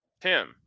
Tim